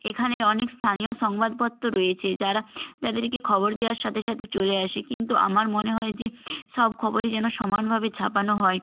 এখানের অনেক স্থানীয় সংবাদপত্র রয়েছে যারা যাদেরকে খবর দেওয়ার সাথে সাথে চলে আসে কিন্তু আমার মনে হয় যে সব খবরই যেন সমান ভাবে ছাপানো হয়